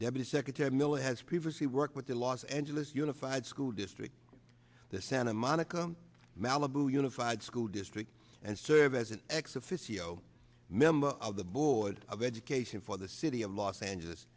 deputy secretary miller has previously worked with the los angeles unified school district the santa monica malibu unified school district and serve as an ex officio member of the board of education for the city of los angeles